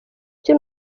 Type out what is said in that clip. cye